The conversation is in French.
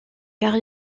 car